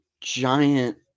giant